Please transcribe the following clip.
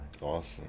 Awesome